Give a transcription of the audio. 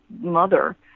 mother